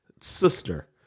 sister